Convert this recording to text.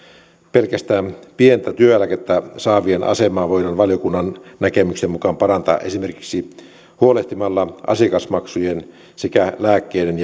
pelkästään pientä työeläkettä saavien asemaa voidaan valiokunnan näkemyksen mukaan parantaa esimerkiksi huolehtimalla asiakasmaksujen sekä lääkkeiden